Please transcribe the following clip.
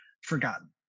forgotten